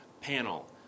panel